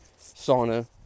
sauna